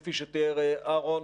כפי שתיאר אהרון.